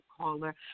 caller